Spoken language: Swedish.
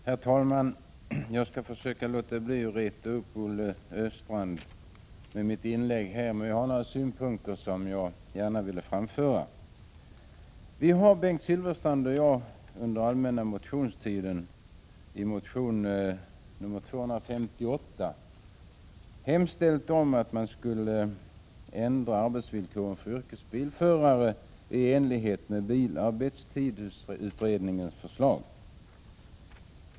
Herr talman! Jag skall försöka låta bli att reta upp Olle Östrand med mitt inlägg, men jag vill gärna framföra några synpunkter. Bengt Silfverstrand och jag har under den allmänna motionstiden i motion 258 hemställt om att arbetsvillkoren för yrkesbilförare ändras i enlighet med bilarbetstidsutredningens förslag.